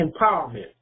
empowerment